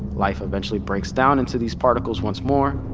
life eventually breaks down into these particles once more,